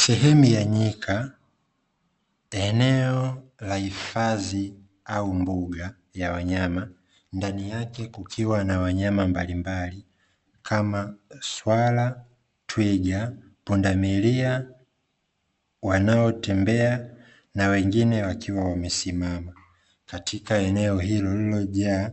Sehemu ya nyika, eneo la hifadhi au mbuga ya wanyama, ndani yake kukiwa na wanyama mbalimbali kama; swala, twiga, pundamilia wanaotembea na wengine wakiwa wamesimama katika eneo hilo liliojaaa